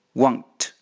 want